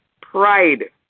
Pride